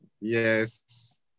yes